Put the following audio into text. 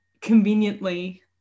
Conveniently